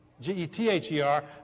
G-E-T-H-E-R